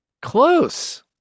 close